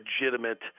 legitimate